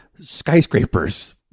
skyscrapers